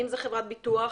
חברות ביטוח,